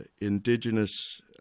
indigenous